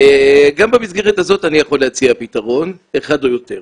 גם במסגרת הזאת אני יכול להציע פתרון אחד או יותר.